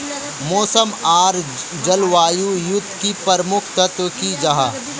मौसम आर जलवायु युत की प्रमुख तत्व की जाहा?